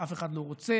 אף אחד לא רוצה,